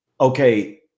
Okay